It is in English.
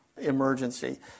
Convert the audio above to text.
emergency